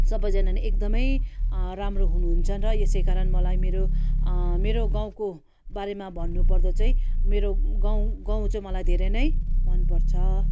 सबैजना नै एकदमै राम्रो हुनु हुन्छ र यसै कारण मलाई मेरो मेरो गाउँको बारेमा भन्नु पर्दा चाहिँ मेरो गाउँ गाउँ चाहिँ मलाई धेरै नै मन पर्छ